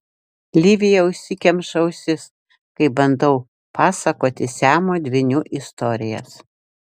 livija užsikemša ausis kai bandau pasakoti siamo dvynių istorijas